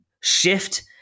shift